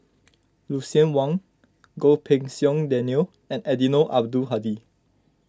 Lucien Wang Goh Pei Siong Daniel and Eddino Abdul Hadi